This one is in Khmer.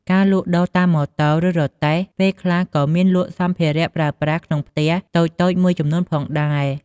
ការលក់ដូរតាមម៉ូតូ ឬរទេះពេលខ្លះក៏មានលក់សម្ភារៈប្រើប្រាស់ក្នុងផ្ទះតូចៗមួយចំនួនផងដែរ។